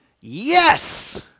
Yes